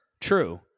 true